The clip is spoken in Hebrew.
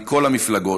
מכל המפלגות,